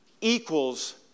equals